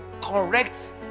correct